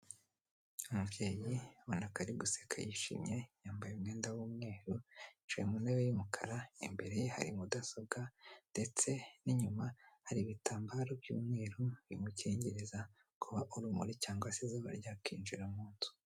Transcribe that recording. Umubyeyi abona ko ari guseka yishimye yambaye umwenda w'umweru yicaye mu ntebe y'umukara imbere ye hari mudasobwa ndetse n'inyuma hari ibitambaro by'umweru bimukingiriza kuba urumuri cyangwa se izuba ryakinjira mu nzu.